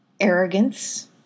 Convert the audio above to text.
arrogance